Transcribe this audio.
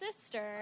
sister